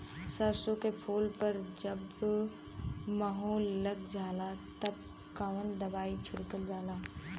सरसो के फूल पर जब माहो लग जाला तब कवन दवाई छिड़कल जाला?